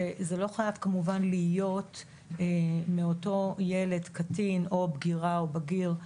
שזה לא חייב כמובן להיות מאותו הילד הקטין או בגירה או בגיר,